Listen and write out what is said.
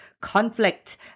conflict